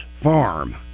Farm